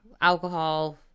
alcohol